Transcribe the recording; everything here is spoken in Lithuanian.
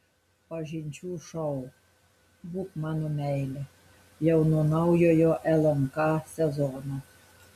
pažinčių šou būk mano meile jau nuo naujojo lnk sezono